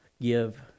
Give